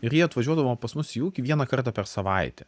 ir jie atvažiuodavo pas mus į ūkį vieną kartą per savaitę